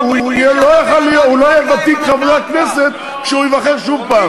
והוא לא יהיה ותיק חברי הכנסת כשהוא ייבחר שוב פעם.